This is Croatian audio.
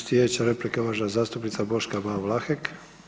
Sljedeća replika uvažena zastupnica Boška Ban Vlahek.